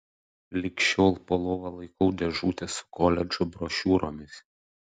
lig šiol po lova laikau dėžutę su koledžų brošiūromis